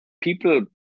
people